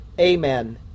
Amen